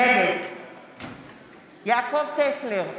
נגד יעקב טסלר,